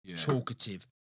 Talkative